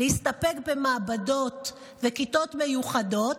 להסתפק במעבדות וכיתות מיוחדות,